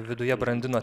viduje brandino